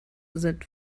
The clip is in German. sind